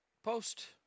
Post